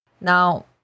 Now